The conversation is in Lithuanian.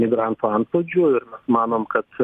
migrantų antplūdžiu ir manom kad